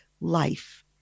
life